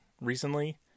recently